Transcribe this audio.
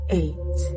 eight